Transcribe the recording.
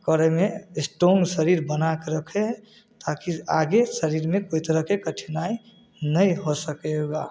करयमे स्ट्रॉंग शरीर बना कऽ रखै हइ ताकि आगे शरीरमे कोइ तरहके कठिनाइ नहि हो सकै ओकरा